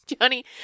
Johnny